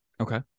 Okay